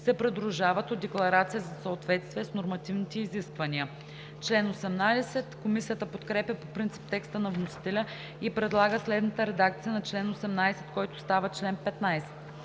се придружават от декларация за съответствие с нормативните изисквания.“ Комисията подкрепя по принцип текста на вносителя и предлага следната редакция на чл. 18, който става чл. 15: